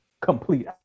complete